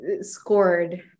scored